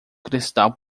cristal